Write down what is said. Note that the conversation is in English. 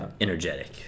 energetic